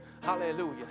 hallelujah